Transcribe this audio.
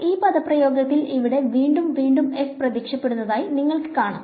ഇപ്പോൾ ഈ പദപ്രയോഗത്തിൽ ഇവിടെ വീണ്ടും വീണ്ടും f പ്രത്യക്ഷപ്പെടുന്നതായി നിങ്ങൾക്ക് കാണാം